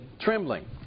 trembling